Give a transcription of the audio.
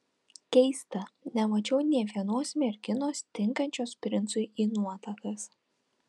keista nemačiau nė vienos merginos tinkančios princui į nuotakas